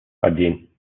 один